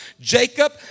Jacob